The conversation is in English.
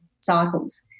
cycles